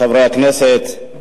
חברי הכנסת,